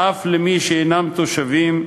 ואף למי שאינם תושבים,